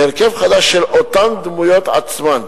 בהרכב חדש של אותן דמויות עצמן,